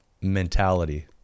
mentality